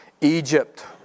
Egypt